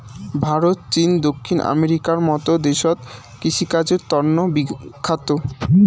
ভারত, চীন, দক্ষিণ আমেরিকার মত দেশত কৃষিকাজের তন্ন বিখ্যাত